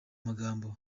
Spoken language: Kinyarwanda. magambo